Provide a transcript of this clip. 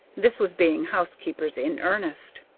this was being housekeepers in earnest.